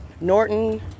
Norton